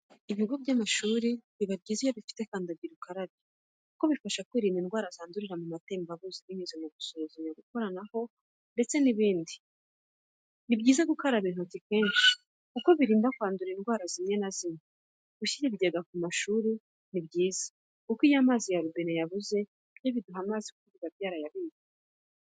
Ibigo by'amashuri biba byiza iyo bifite kandagira ukarabe kuko bifasha kwirinda indwara zandurira mu matembabuzi binyuze mu gusuhuzanya, gukoranaho ndetse n'ibindi. Rero ni byiza gukaraba intoki kenshi kuko birinda kwandura indwara zimwe na zimwe, gushyira ibigega ku mashuri ni byiza kuko iyo amazi ya robine yabuze byo biduha amazi kuko biba byarayabitse.